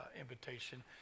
invitation